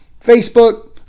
Facebook